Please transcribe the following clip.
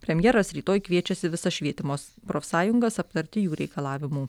premjeras rytoj kviečiasi visą švietimo profsąjungas aptarti jų reikalavimų